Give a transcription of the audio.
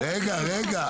רגע, רגע.